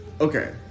Okay